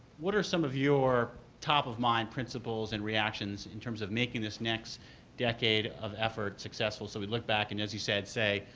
what are some of your top of mind principles and reactions in terms of making this next decade of efforts, successful, so we look back, and as you said, say,